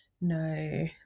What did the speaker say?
no